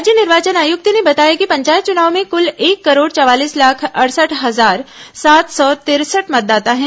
राज्य निर्वाचन आयुक्त ने बताया कि पंचायत चुनाव में कुल एक करोड़ चवालीस लाख अड़सठ हजार सात सौ तिरसठ मतदाता है